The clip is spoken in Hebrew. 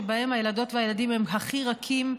שבהן הילדות והילדים הם הכי רכים,